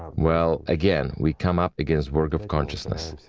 well, again, we come up against work of consciousness,